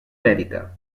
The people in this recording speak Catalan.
mèdica